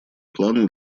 планы